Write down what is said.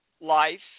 life